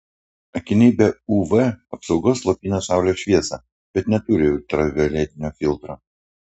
akiniai be uv apsaugos slopina saulės šviesą bet neturi ultravioletinio filtro